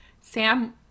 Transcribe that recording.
Sam